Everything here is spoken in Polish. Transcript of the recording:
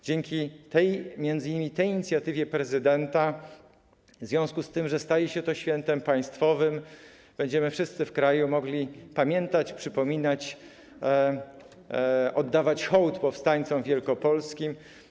Dzięki m.in. tej inicjatywie prezydenta, w związku z tym, że staje się to świętem państwowym, wszyscy w kraju będziemy mogli pamiętać, przypominać, oddawać hołd powstańcom wielkopolskim.